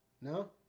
No